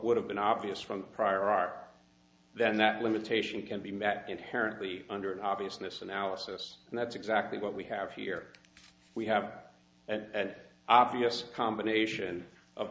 would have been obvious from prior art then that limitation can be met inherently under an obviousness analysis and that's exactly what we have here we have an obvious combination of